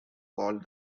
called